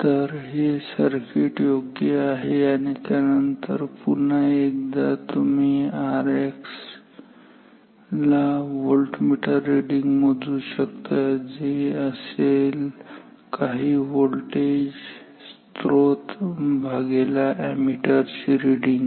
तर हे सर्किट योग्य आहे आणि त्यानंतर पुन्हा एकदा तुम्ही Rx ला व्होल्टमीटर रिडिंग मोजू शकता जो असेल काही व्होल्टेज स्त्रोत भागेला अॅमीटर ची रिडींग